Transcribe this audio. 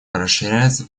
расширяется